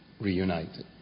reunited